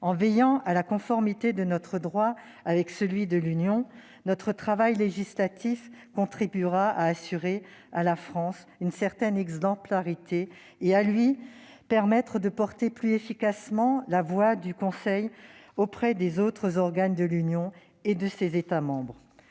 En veillant à la conformité de notre droit national avec le droit européen, notre travail législatif contribuera à assurer à la France une certaine exemplarité et à lui permettre de porter plus efficacement la voix du Conseil auprès des autres organes de l'Union et de ses États membres.